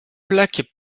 plaques